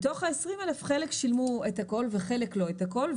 מתוך אותם 20,000 חלק שילמו את הכול וחלק לא את הכול,